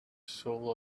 soul